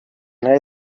های